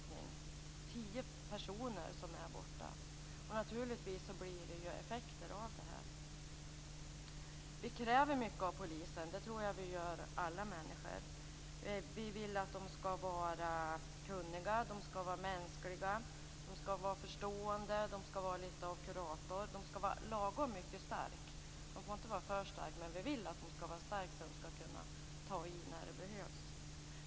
Tio personer är borta. Naturligtvis blir det effekter av det här. Vi kräver mycket av polisen. Det tror jag att alla människor gör. Vi vill att poliserna skall vara kunniga, mänskliga, förstående, lite av kurator samt lagom starka. De får inte vara för starka, men vi vill att de skall vara starka så att de kan ta i när det behövs.